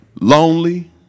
lonely